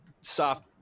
soft